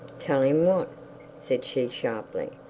tell him what said she sharply.